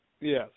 Yes